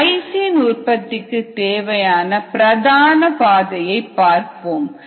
lysine உற்பத்திக்கு தேவையான பிரதான பாதையை பார்ப்போம்